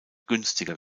günstiger